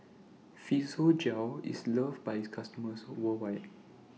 Physiogel IS loved By its customers worldwide